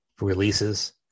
releases